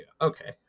okay